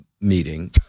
meeting